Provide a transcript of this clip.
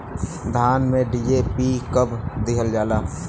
धान में डी.ए.पी कब दिहल जाला?